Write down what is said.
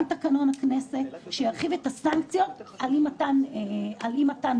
תקנון הכנסת שירחיב את הסנקציות על אי מתן מידע.